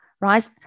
right